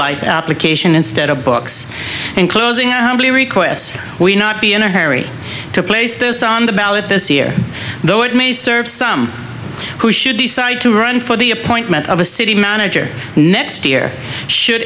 life instead of books in closing how many requests we not be in a hurry to place those on the ballot this year though it may serve some who should decide to run for the appointment of a city manager next year should